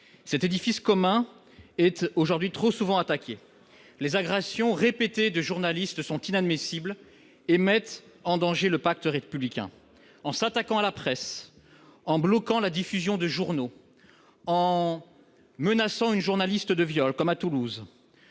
cet édifice commun est aujourd'hui trop souvent attaqué. Inadmissibles, les agressions répétées de journalistes mettent en danger le pacte républicain ! En s'attaquant à la presse, en bloquant la diffusion de journaux, en menaçant une journaliste de viol, comme à Toulouse,